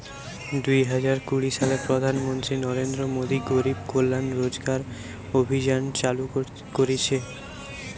দুই হাজার কুড়ি সালে প্রধান মন্ত্রী নরেন্দ্র মোদী গরিব কল্যাণ রোজগার অভিযান চালু করিছে